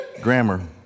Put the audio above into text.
grammar